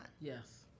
Yes